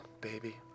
baby